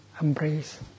embrace